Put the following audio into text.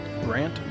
Grant